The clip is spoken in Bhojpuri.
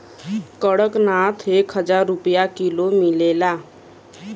कड़कनाथ एक हजार रुपिया किलो मिलेला